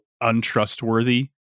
untrustworthy